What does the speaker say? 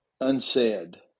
unsaid